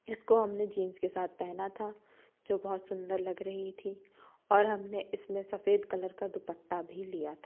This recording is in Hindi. इसको हमने जीन्स के साथ पहना था जो बहुत सुन्दर लग रही थी और हमने इसमें सफ़ेद कलर का दुपट्टा भी लिया था